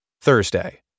Thursday